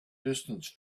distance